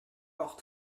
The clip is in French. hors